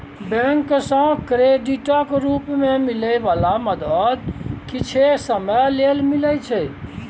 bank सँ क्रेडिटक रूप मे मिलै बला मदद किछे समय लेल मिलइ छै